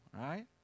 right